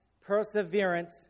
perseverance